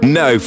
no